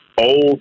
old